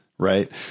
right